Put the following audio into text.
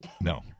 No